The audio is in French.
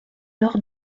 lors